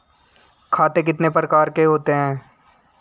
खाते कितने प्रकार के होते हैं?